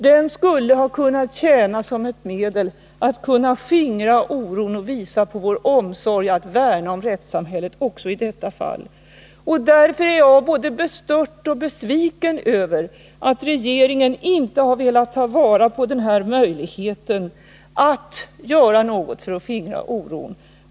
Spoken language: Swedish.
Den skulle ha kunnat tjäna som ett medel att skingra oron och visa vår omsorg om att värna om rättssamhället också i detta fall. Därför är jag både bestört och besviken över att regeringen inte har velat ta vara på den här möjligheten att göra någonting för att skingra oron.